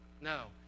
no